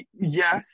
Yes